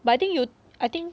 but I think you I think